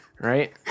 right